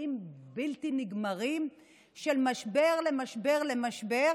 אירועים בלתי נגמרים של ממשבר למשבר למשבר.